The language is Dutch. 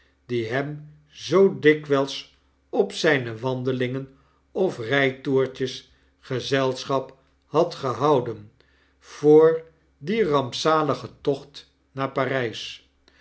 die hem zoo dikwijlsop zijne wandelingen of rijtoertjes gezelschap had gehouden voor dien rampzaligen tocht naar p